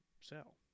sell